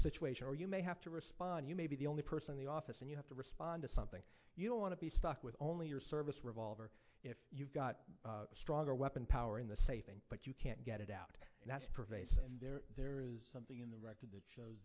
situation or you may have to respond you may be the only person in the office and you have to respond to something you don't want to be stuck with only your service revolver if you've got a stronger weapon power in the safe thing but you can't get it out and that's pervasive there there is something to the record is that sh